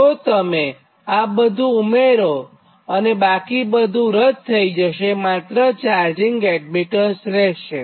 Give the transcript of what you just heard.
તો જો તમે આ બધું ઉમેરોતો બાકી બધું રદ થશે અને માત્ર ચાર્જિંગ એડમીટન્સ રહેશે